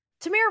Tamir